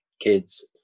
kids